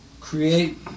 create